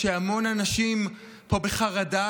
שהמון אנשים פה בחרדה,